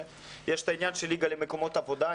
יש את העניין של ליגה למקומות עבודה.